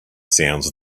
sounds